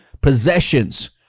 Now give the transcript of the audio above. possessions